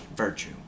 virtue